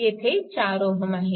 येथे 4Ω आहे